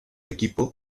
equipo